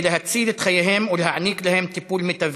להציל את חייהם ולהעניק להם טיפול מיטבי.